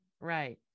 right